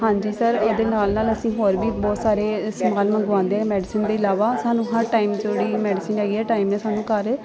ਹਾਂਜੀ ਸਰ ਇਹਦੇ ਨਾਲ ਨਾਲ ਅਸੀਂ ਹੋਰ ਵੀ ਬਹੁਤ ਸਾਰੇ ਸਮਾਨ ਮੰਗਵਾਉਂਦੇ ਹਾਂ ਮੈਡੀਸਨ ਦੇ ਇਲਾਵਾ ਸਾਨੂੰ ਹਰ ਟਾਈਮ ਜਿਹੜੀ ਮੈਡੀਸਨ ਹੈਗੀ ਆ ਟਾਈਮ ਨਾਲ ਸਾਨੂੰ ਘਰ